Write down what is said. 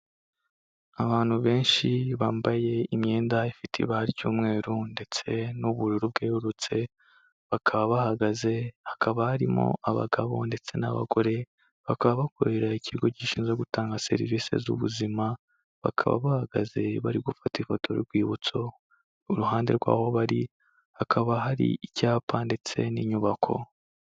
Abantu benshi bambaye imyenda ifite ibara ry'umweru ndetse n'ubururu bwerurutse bakaba bahagaze hakaba harimo abagabo ndetse n'abagore, bakaba bakorera ikigo gishinzwe gutanga serivisi z'ubuzima, bakaba bahagaze bari gufata ifoto y'urwibutso, iruhande rw'aho bari hakaba hari icyapa ndetse n'inyubako.